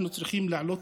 אנחנו צריכים להעלות,